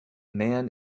man